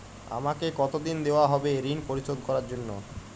আমাকে কতদিন দেওয়া হবে ৠণ পরিশোধ করার জন্য?